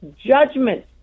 judgment